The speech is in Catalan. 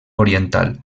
oriental